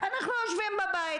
אנחנו יושבים בבית?